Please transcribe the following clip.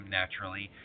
naturally